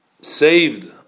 saved